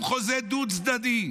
והוא חוזה דו-צדדי,